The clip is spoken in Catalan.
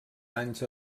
danys